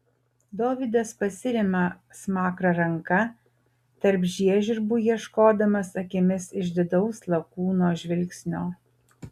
dovydas pasiremia smakrą ranka tarp žiežirbų ieškodamas akimis išdidaus lakūno žvilgsnio